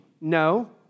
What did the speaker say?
No